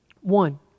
One